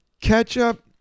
ketchup